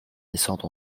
naissante